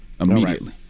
immediately